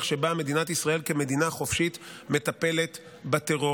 שבה מדינת ישראל כמדינה חופשית מטפלת בטרור.